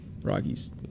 rockies